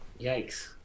Yikes